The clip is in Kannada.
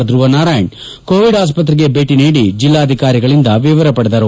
ಧ್ಯವನಾರಾಯಣ ಕೋವಿಡ್ ಆಸ್ಪತ್ರೆಗೆ ಭೇಟಿ ನೀಡಿ ಜೆಲ್ಲಾಧಿಕಾರಿಗಳಿಂದ ವಿವರ ಪಡೆದರು